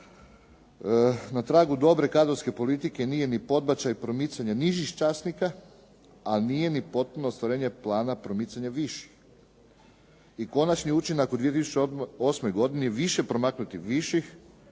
Na tragu dobre kadrovske politike nije ni podbačaj promicanje nižih časnika ali nije ni potpuno ostvarenje plana promicanje viših. I konačni učinak u 2008. godini više promaknuti viših